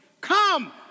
Come